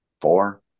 four